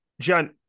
John